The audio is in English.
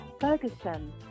Ferguson